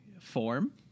form